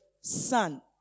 son